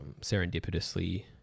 serendipitously